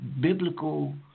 biblical